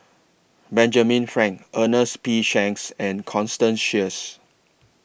Benjamin Frank Ernest P Shanks and Constance Sheares